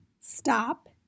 stop